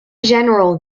general